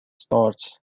starts